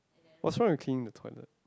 what's wrong with cleaning the toilet